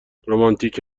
رومانتیک